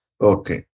Okay